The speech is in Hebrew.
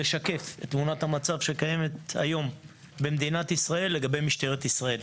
לשקף את תמונת המצב שקיימת היום במדינת ישראל לגבי משטרת ישראל.